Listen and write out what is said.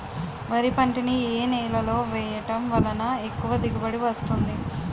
వరి పంట ని ఏ నేలలో వేయటం వలన ఎక్కువ దిగుబడి వస్తుంది?